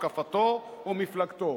השקפתו ומפלגתו.